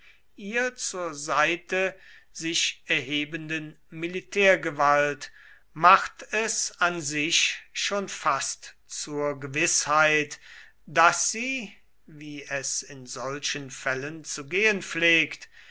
ihr zur seite sich erhebenden militärgewalt macht es an sich schon fast zur gewißheit daß sie wie es in solchen fällen zu gehen pflegt